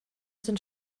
sind